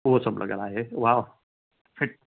उहो सभु लॻियल आहे उहा फिट